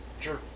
Sure